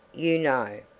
you know.